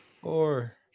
Four